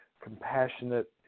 compassionate